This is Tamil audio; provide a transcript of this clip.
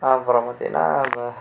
அப்புறம் பார்த்தீங்கனா இப்போ